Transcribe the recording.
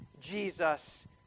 Jesus